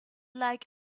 like